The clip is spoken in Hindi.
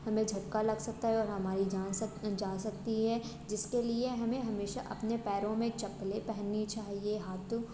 हमें झटका लग सकता है और हमारी जान सकती है जा सकती है जिसके लिए हमें हमेशा अपने पैरों में चप्पल पहननी चाहिए हाथों